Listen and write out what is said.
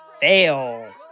fail